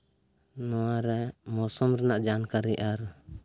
ᱱᱚᱣᱟᱨᱮ ᱢᱚᱥᱚᱢ ᱨᱮᱱᱟᱜ ᱡᱟᱱᱠᱟᱨᱤ ᱟᱨ